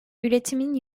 üretimin